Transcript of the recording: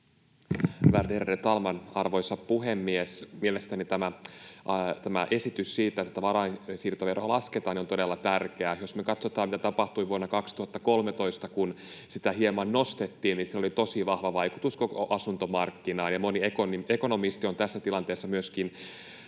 Värderade talman, arvoisa puhemies! Mielestäni tämä esitys siitä, että varainsiirtoveroa lasketaan, on todella tärkeä. Jos me katsotaan, mitä tapahtui vuonna 2013, kun sitä hieman nostettiin, sillä oli tosi vahva vaikutus koko asuntomarkkinaan. Myöskin moni ekonomisti on tässä tilanteessa